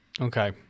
Okay